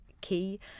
key